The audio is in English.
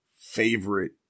favorite